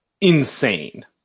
insane